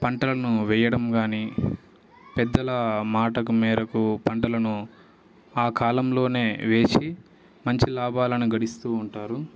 పంటలను వెయ్యడం గాని పెద్దల మాటకు మేరకు పంటలను ఆ కాలంలోనే వేసి మంచి లాభాలను గడిస్తూ ఉంటారు